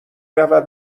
رود